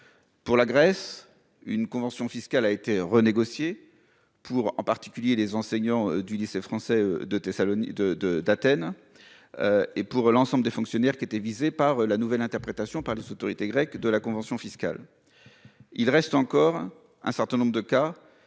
Pour la Grèce une convention fiscale a été renégocié pour en particulier les enseignants du lycée français de Thessalonique de de d'Athènes. Et pour l'ensemble des fonctionnaires qui étaient visés par la nouvelle interprétation par les autorités grecques de la convention fiscale. Il reste encore un certain nombre de cas